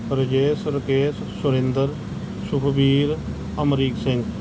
Rajesh Rakesh Surinder Shubhbir Amrik Singh